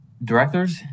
Directors